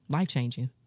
life-changing